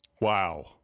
Wow